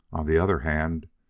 on the other hand,